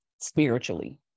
spiritually